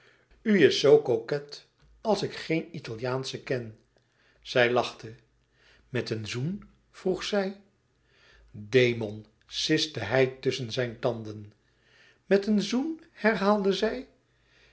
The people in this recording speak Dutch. is zoo coquet als ik geen italiaansche ken zij lachte met een zoen vroeg zij demon siste hij tusschen zijne tanden met een zoen herhaalde zij